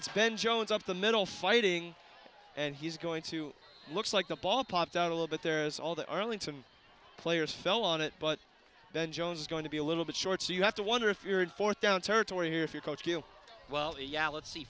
it's ben jones up the middle fighting and he's going to looks like the ball popped out a little bit there as all the arlington players fell on it but then jones is going to be a little bit short so you have to wonder if you're in fourth down territory here if you're coached well yeah let's see